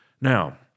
Now